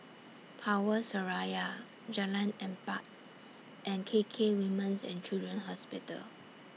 Power Seraya Jalan Empat and KK Women's and Children's Hospital